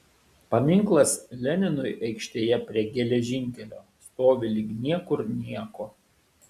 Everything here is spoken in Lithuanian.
paminklas leninui aikštėje prie geležinkelio stovi lyg niekur nieko